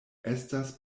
estas